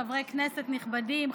חברי כנסת נכבדים,